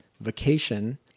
vacation